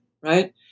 Right